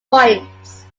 points